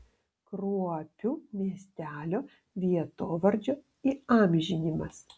kruopių miestelio vietovardžio įamžinimas